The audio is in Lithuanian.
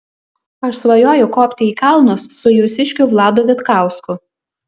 aš svajoju kopti į kalnus su jūsiškiu vladu vitkausku